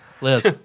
Liz